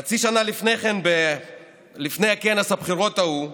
חצי שנה לפני כנס הבחירות ההוא,